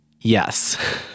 Yes